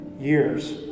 Years